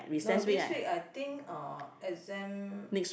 no this week I think uh exam